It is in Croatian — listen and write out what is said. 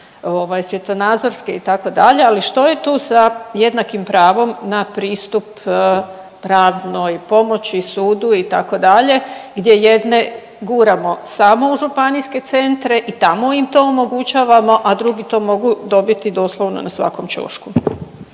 svjetonazorske itd., ali što je tu sa jednakim pravom na pristup pravnoj pomoći sudu itd., gdje jedne guramo samo u županijske centre i tamo im to omogućavamo, a drugi to mogu dobiti doslovno na svakom ćošku.